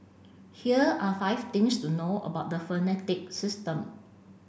here are five things to know about the phonetic system